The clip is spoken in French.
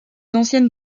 anciennes